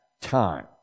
time